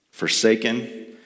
Forsaken